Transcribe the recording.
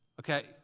Okay